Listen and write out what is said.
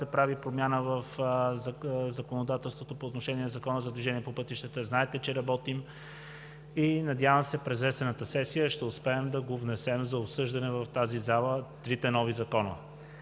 прави промяна в законодателството по отношение на Закона за движение по пътищата. Знаете, че работим. Надявам се, че през есенната сесия ще успеем да го внесем за обсъждане в тази зала – трите нови закона,